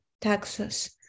taxes